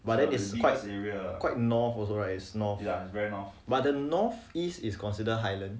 but then it's quite north also right is north but the northeast is considered highland